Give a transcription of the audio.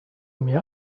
mir